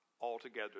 altogether